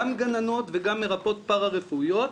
גם גננות וגם מרפאות פארא-רפואיות,